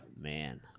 man